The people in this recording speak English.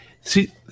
see